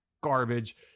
garbage